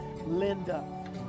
Linda